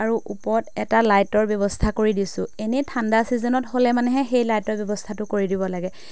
আৰু ওপৰত এটা লাইটৰ ব্যৱস্থা কৰি দিছোঁ এনেই ঠাণ্ডা ছিজনত হ'লে মানে সেই লাইটৰ ব্যৱস্থাটো কৰি দিব লাগে